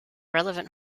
relevant